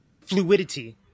fluidity